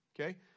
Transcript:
Okay